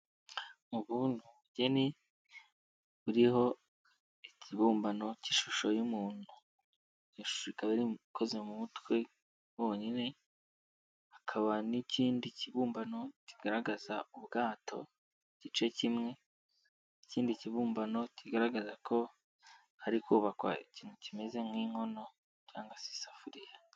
Ubu ni ubugeni buriho ikibumbano k'ishusho y'umuntu. Iyo shusho ikaba ikoze mu mutwe wonyine, hakaba n'ikindi kibumbano kigaragaza ubwato igice kimwe. Ikindi kibumbano kigaragaza ko hari kubakwa ikintu kimeze nk'inkono cyangwa se isafuriya.